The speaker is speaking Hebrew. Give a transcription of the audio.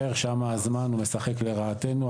שם הזמן הוא משחק לרעתנו,